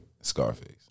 Scarface